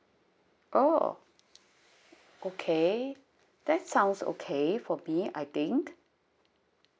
oh okay that sounds okay for me I think